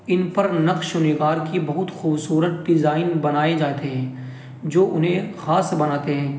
ان پر نقش و نگار کی بہت خوبصورت ڈیزائن بنائے جاتے ہیں جو انہیں خاص بناتے ہیں